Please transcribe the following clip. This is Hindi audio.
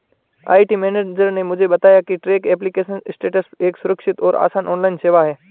आई.टी मेनेजर ने मुझे बताया की ट्रैक एप्लीकेशन स्टेटस एक सुरक्षित और आसान ऑनलाइन सेवा है